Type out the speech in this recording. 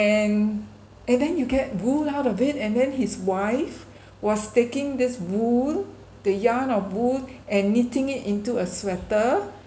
and and then you get wool out of it and then his wife was taking this wool the yarn of wool and knitting it into a sweater